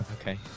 Okay